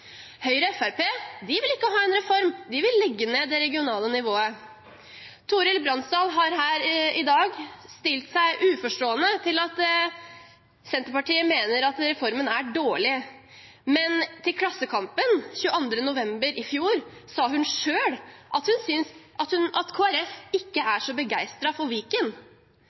de har sagt nei. Høyre og Fremskrittspartiet vil ikke ha en reform, de vil legge ned det regionale nivået. Torhild Bransdal har i dag stilt seg uforstående til at Senterpartiet mener at reformen er dårlig, men til Klassekampen 21. november i fjor sa hun selv at Kristelig Folkeparti ikke er så begeistret for Viken.